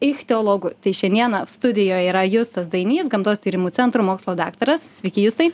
ichtiologu tai šiandieną studijoj yra justas dainys gamtos tyrimų centro mokslo daktaras sveiki justai